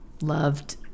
loved